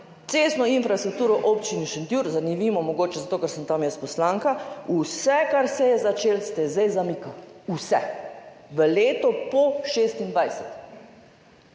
cestna infrastruktura v občini Šentjur – zanimivo, mogoče zato, ker sem tam jaz poslanka –, vse, kar se je začelo, se zdaj zamika. Vse, v leto po 2026.